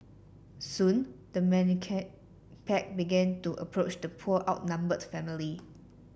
soon the menacing pack began to approach the poor outnumbered family